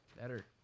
Better